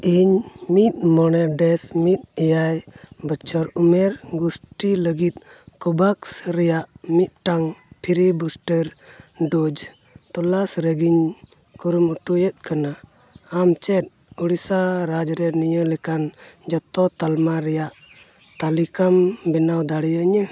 ᱤᱧ ᱢᱤᱫ ᱢᱚᱱᱮ ᱰᱮᱥᱠ ᱢᱤᱫ ᱮᱭᱟᱭ ᱵᱚᱪᱷᱚᱨ ᱩᱢᱮᱨ ᱜᱩᱥᱴᱤ ᱞᱟᱹᱜᱤᱫ ᱠᱳᱼᱵᱷᱮᱠᱥ ᱨᱮᱭᱟᱜ ᱢᱤᱫᱴᱟᱱ ᱯᱷᱨᱤ ᱵᱩᱥᱴᱟᱨ ᱰᱳᱡᱽ ᱛᱚᱞᱟᱥ ᱞᱟᱹᱜᱤᱫ ᱤᱧ ᱠᱩᱨᱩᱢᱩᱴᱩᱭᱮᱫ ᱠᱟᱱᱟ ᱟᱢ ᱪᱮᱫ ᱩᱲᱤᱥᱥᱟ ᱨᱟᱡᱽ ᱨᱮ ᱱᱤᱭᱟᱹ ᱞᱮᱠᱟᱱ ᱡᱚᱛᱚ ᱛᱟᱞᱢᱟ ᱨᱮᱭᱟᱜ ᱛᱟᱹᱞᱤᱠᱟᱢ ᱵᱮᱱᱟᱣ ᱫᱟᱲᱮᱭᱟᱹᱧᱟᱹ